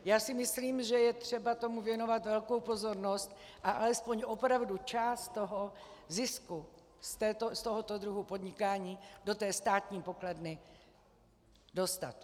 Já si myslím, že je třeba tomu věnovat velkou pozornost a alespoň opravdu část toho zisku z tohoto druhu podnikání do té státní pokladny dostat.